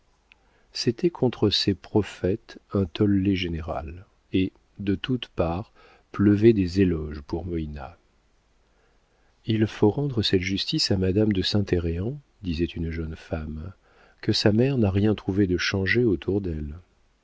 contre ces prophètes un tolle général et de toutes parts pleuvaient des éloges pour moïna il faut rendre cette justice à madame de saint héreen disait une jeune femme que sa mère n'a rien trouvé de changé autour d'elle